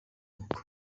uko